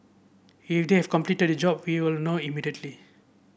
if they have completed the job we will know immediately